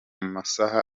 masaha